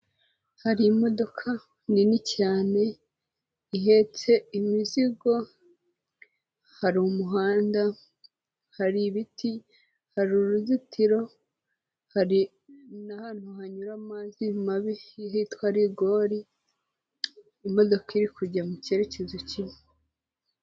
Hari imodoka nini cyane ihetse imizigo, hari umuhanda, hari ibiti, hari uruzitiro, hari n'ahantu hanyura amazi mabi hitwa rigori, imodoka iri kujya mu cyerekezo kimwe.